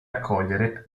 accogliere